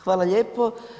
Hvala lijepo.